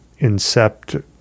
incept